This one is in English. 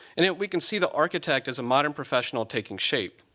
in it, we can see the architect is a modern professional taking shape.